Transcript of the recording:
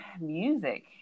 music